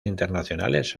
internacionales